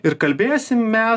ir kalbėsim mes